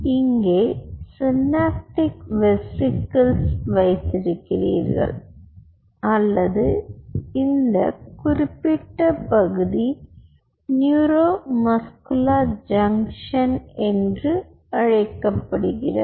இங்கே நீங்கள் synaptic vesicles வைத்திருக்கிறீர்கள் அல்லது இந்த குறிப்பிட்ட பகுதி நியூரோ மஸ்குலர் ஜங்ஷன் என்று அழைக்கப்படுகிறது